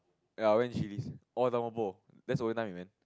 ya I went Chillis or Tampopo that's the only time we went